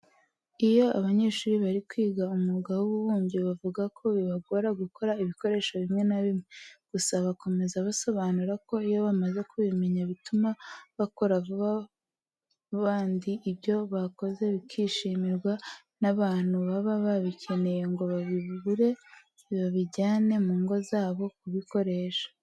Iyo abanyeshuri bari kwiga umwuga w'ububumbyi bavuga ko bibagora gukora ibikoresho bimwe na bimwe. Gusa bakomeza basobanura ko iyo bamaze kubimenya bituma bakora vuba bandi ibyo bakoze bikishimirwa n'abantu baba babikeneye ngo babibure babijyane mu ngo zabo kubikoresha.